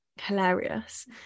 hilarious